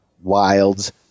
wilds